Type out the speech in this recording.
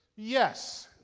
yes,